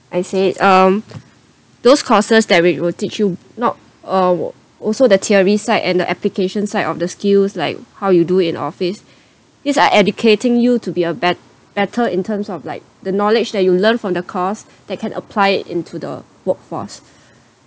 I say um those courses that which will teach you not uh also the theory side and the application side of the skills like how you do in office these are educating you to be a bet~ better in terms of like the knowledge that you learn from the course that can apply it into the workforce